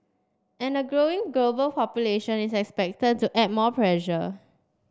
and a growing global population is expected to add more pressure